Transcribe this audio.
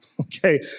Okay